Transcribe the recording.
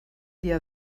dia